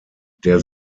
der